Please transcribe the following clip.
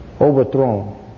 overthrown